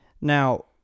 now